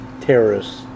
terrorists